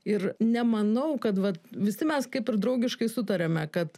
ir nemanau kad vat visi mes kaip ir draugiškai sutariame kad